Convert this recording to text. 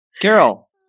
Carol